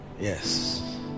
Yes